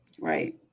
right